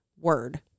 word